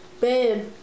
Babe